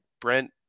Brent